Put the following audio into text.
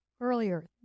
earlier